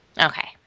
okay